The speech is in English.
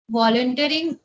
volunteering